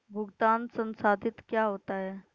भुगतान संसाधित क्या होता है?